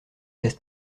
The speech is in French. test